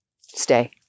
stay